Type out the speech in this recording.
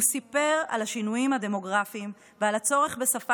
הוא סיפר על השינויים הדמוגרפיים ועל הצורך בשפה